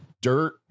dirt